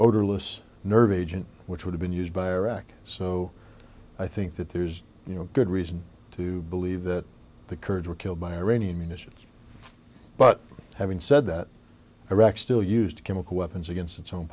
odorless nerve agent which would have been used by iraq so i think that there's you know good reason to believe that the kurds were killed by iranian munitions but having said that iraq still used chemical weapons against its own